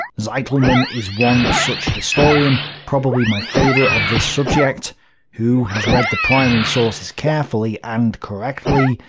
zitelmann is one such historian probably my favourite of this subject who has read the primary sources carefully and correctly,